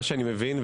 מה שאני מבין,